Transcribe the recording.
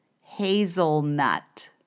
hazelnut